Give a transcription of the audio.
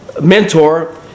mentor